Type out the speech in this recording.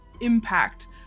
impact